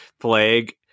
plague